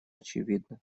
очевидна